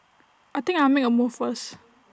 I think I'll make A move first